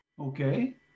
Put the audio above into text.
Okay